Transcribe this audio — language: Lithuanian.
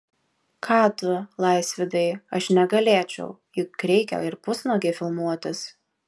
ką tu laisvydai aš negalėčiau juk reikia ir pusnuogei filmuotis